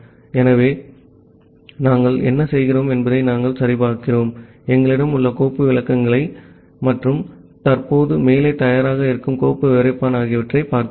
ஆகவே நாங்கள் என்ன செய்கிறோம் என்பதை நாங்கள் சரிபார்க்கிறோம் எங்களிடம் உள்ள கோப்பு விளக்கங்கள் மற்றும் தற்போது மேலே தயாராக இருக்கும் கோப்பு விவரிப்பான் ஆகியவற்றைப் பார்க்கிறோம்